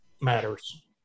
matters